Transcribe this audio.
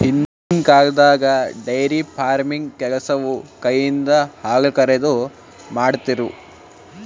ಹಿಂದಿನ್ ಕಾಲ್ದಾಗ dairy farming ಕೆಲಸವು ಕೈಯಿಂದ ಹಾಲುಕರೆದು, ಮಾಡ್ತಿರು